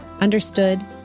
understood